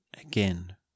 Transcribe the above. again